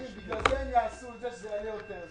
בגלל זה הם יעשו את זה שזה יעלה יותר.